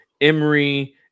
Emery